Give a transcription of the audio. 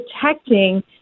protecting